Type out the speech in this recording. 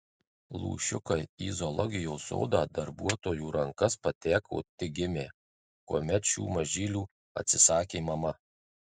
lūšiukai į zoologijos sodo darbuotojų rankas pateko tik gimę kuomet šių mažylių atsisakė mama